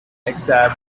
accept